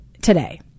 today